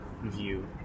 view